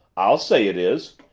i'll say it is!